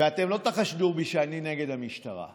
ואתם לא תחשדו בי שאני נגד המשטרה.